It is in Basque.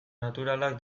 naturalak